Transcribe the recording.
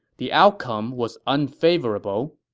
the outcome was unfavorable.